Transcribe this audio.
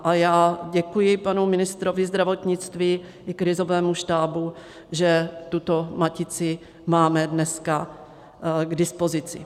A já děkuji panu ministrovi zdravotnictví i krizovému štábu, že tuto matici máme dneska k dispozici.